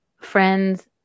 friends